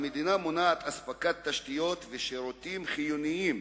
המדינה מונעת אספקת תשתיות ושירותים חיוניים